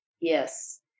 Yes